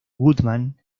goodman